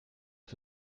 que